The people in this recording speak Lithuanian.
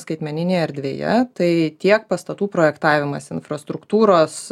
skaitmeninėje erdvėje tai tiek pastatų projektavimas infrastruktūros